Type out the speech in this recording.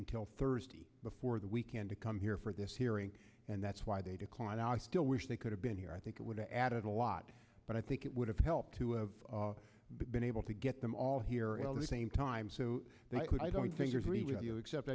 until thursday before the weekend to come here for this hearing and that's why they declined i still wish they could have been here i think it would have added a lot but i think it would have helped to of been able to get them all here all the same time so i don't think there's really except